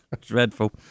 Dreadful